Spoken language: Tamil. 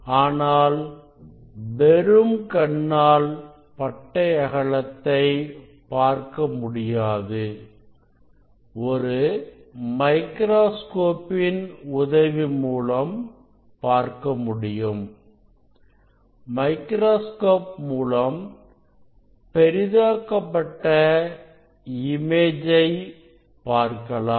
ஆனால் வெறும் கண்ணால் பட்டை அகலத்தை பார்க்க முடியாது ஒரு மைக்ராஸ்கோப் இன் உதவி மூலம் பார்க்க முடியும் மைக்ராஸ்கோப் மூலம் பெரிதாக்கப்பட்ட இமேஜை பார்க்கலாம்